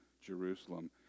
Jerusalem